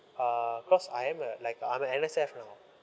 uh cause I am uh like I'm a N_S_F now